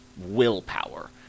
willpower